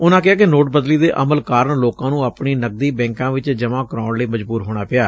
ਉਨੂਂ ਕਿਹਾ ਕਿ ਨੋਟਬੰਦੀ ਦੇ ਅਮਲ ਕਾਰਨ ਲੋਕਾਂ ਨੂੰ ਆਪਣੀ ਨਕਦੀ ਬੈਂਕਾਂ ਵਿਚ ਜਮ੍ਜਾਂ ਕਰਾਉਣ ਲਈ ਮਜ਼ਬੂਰ ਹੋਣਾ ਪਿਆ